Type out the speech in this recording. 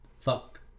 Fuck